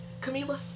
Camila